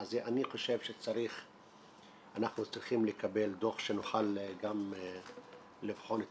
אני חושב שאנחנו צריכים לקבל דוח שנוכל גם לבחון את